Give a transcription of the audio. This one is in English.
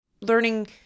learning